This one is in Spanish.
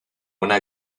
una